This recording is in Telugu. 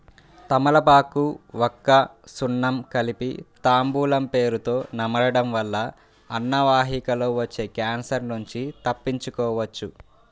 తమలపాకు, వక్క, సున్నం కలిపి తాంబూలం పేరుతొ నమలడం వల్ల అన్నవాహికలో వచ్చే క్యాన్సర్ నుంచి తప్పించుకోవచ్చు